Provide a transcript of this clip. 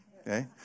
okay